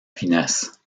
finesse